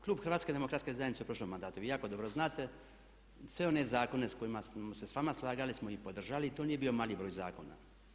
Klub Hrvatske demokratske zajednice u prošlom mandatu, vi jako dobro znate, sve one zakone s kojima smo se s vama slagali smo i podržali i to nije bio mali broj zakona.